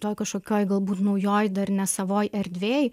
toj kažkokioj galbūt naujoj dar ne savoj erdvėj